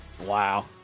Wow